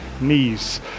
knees